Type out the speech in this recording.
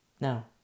Now